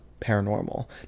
Paranormal